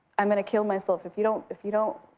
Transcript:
i'm gonna kill myself if you don't, if you don't,